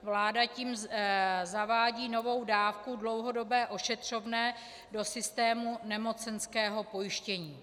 Vláda tím zavádí novou dávku, dlouhodobé ošetřovné, do systému nemocenského pojištění.